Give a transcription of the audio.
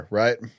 right